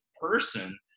person